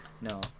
No